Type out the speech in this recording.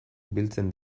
biltzen